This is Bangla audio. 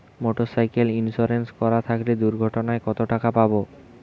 মোটরসাইকেল ইন্সুরেন্স করা থাকলে দুঃঘটনায় কতটাকা পাব?